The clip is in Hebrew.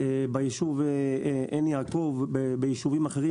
ביישוב עין יעקב וביישובים אחרים,